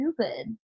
Stupid